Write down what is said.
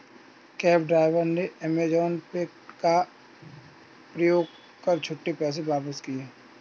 cab driver ने Amazon Pay का प्रयोग कर छुट्टे पैसे वापस किए